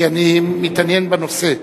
כי אני מתעניין בנושא.